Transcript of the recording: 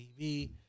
TV